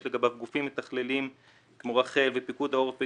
לגבי גופים מתכללים כמו רח"ל ופיקוד העורף,